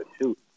shoot